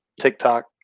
TikTok